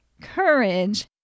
courage